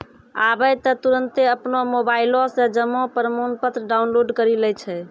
आबै त तुरन्ते अपनो मोबाइलो से जमा प्रमाणपत्र डाउनलोड करि लै छै